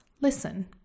Listen